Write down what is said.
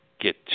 get